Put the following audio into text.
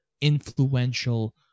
influential